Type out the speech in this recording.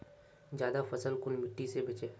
ज्यादा फसल कुन मिट्टी से बेचे?